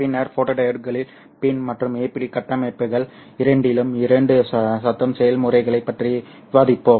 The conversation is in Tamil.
பின்னர் ஃபோட்டோடியோட்களில் PIN மற்றும் APD கட்டமைப்புகள் இரண்டிலும் இரண்டு சத்தம் செயல்முறைகளைப் பற்றி விவாதிப்போம்